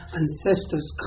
ancestors